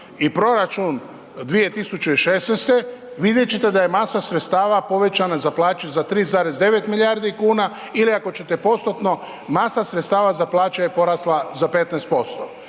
i proračun 2016., vidjet ćete da je masa sredstava povećana za plaće za 3,9 milijardi kuna ili ako ćete postotno, masa sredstava za plaće je porasla za 15%.